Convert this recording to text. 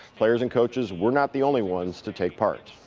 players and coaches were not the only ones to take part.